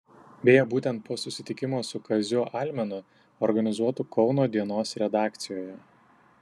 beje būtent po susitikimo su kaziu almenu organizuotu kauno dienos redakcijoje